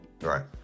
right